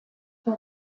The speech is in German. für